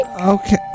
okay